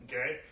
Okay